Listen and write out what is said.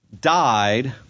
died